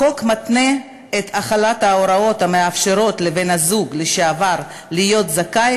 החוק מתנה את החלת ההוראות המאפשרות לבן-הזוג לשעבר להיות זכאי